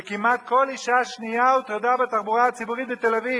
וכמעט כל אשה שנייה הוטרדה בתחבורה הציבורית בתל-אביב".